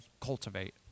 cultivate